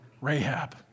Rahab